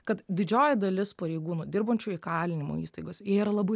kad didžioji dalis pareigūnų dirbančių įkalinimo įstaigose jie yra labai